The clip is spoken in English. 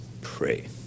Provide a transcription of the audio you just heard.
pray